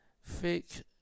fake